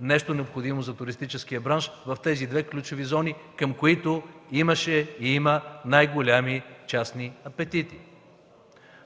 нещо необходимо за туристическия бранш в тези две ключови зони, към които имаше и има най-големи частни апетити.